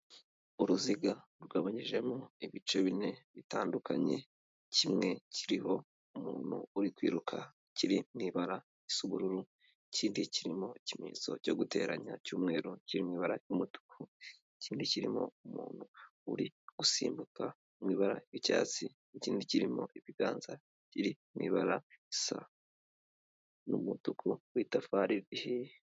Uruziga rugabanyijemo ibice bine bitandukanye kimwe kiriho umuntu uri kwiruka kiri mu ibara risa ubururu, ikindi kirimo ikimenyetso cyo guteranya cy'umweru kiri mu ibara ry'umutuku, ikindi kirimo umuntu uri gusimbuka mu ibara ry'icyatsi n'ikindidi kirimo ibiganza kiri mu ibara risa n'umutuku w'itafari rihiye.